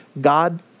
God